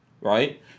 right